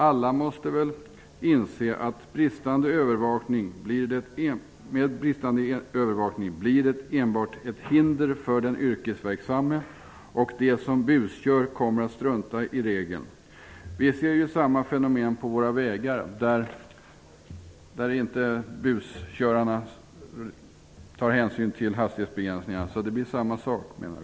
Alla måste väl inse att bristande övervakning enbart blir ett hinder för den yrkesverksamma och att de som buskör kommer att strunta i reglerna. Vi ser ju samma fenomen på våra vägar, där buskörarna inte tar hänsyn hastighetsbegränsningarna. Därför menar vi att det här blir samma sak.